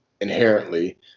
Inherently